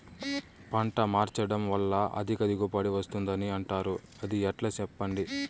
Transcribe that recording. పంట మార్చడం వల్ల అధిక దిగుబడి వస్తుందని అంటారు అది ఎట్లా సెప్పండి